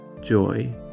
joy